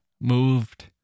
moved